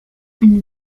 une